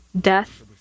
death